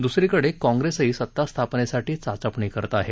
दुसरीकडे काँग्रेसही सत्तास्थापनेसाठी चाचपणीं करत आहे